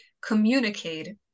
communicate